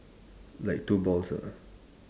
like two balls ah